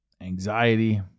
anxiety